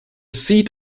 seat